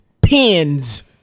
pins